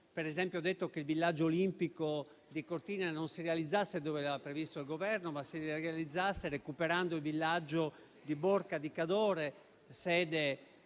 ad esempio, avevamo detto che il villaggio olimpico di Cortina non si realizzasse dove aveva previsto il Governo, ma si realizzasse recuperando il villaggio di Borca di Cadore, sede